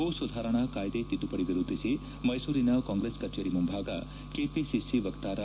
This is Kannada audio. ಭೂ ಸುಧಾರಣಾ ಕಾಯ್ದೆ ತಿದ್ದುಪಡಿ ವಿರೋಧಿಸಿ ಮೈಸೂರಿನ ಕಾಂಗ್ರೆಸ್ ಕಚೇರಿ ಮುಂಭಾಗ ಕೆಪಿಸಿಸಿ ವಕ್ತಾರ